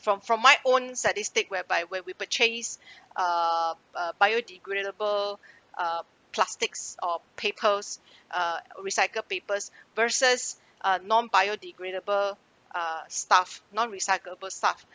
from from my own statistic whereby where we purchase err uh biodegradable uh plastics or papers uh recycled papers versus uh non-biodegradable uh stuff non-recyclable stuff